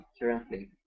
currently